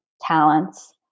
talents